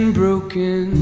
broken